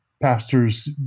pastors